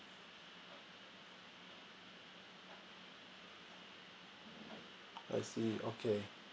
I see okay